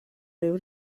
ryw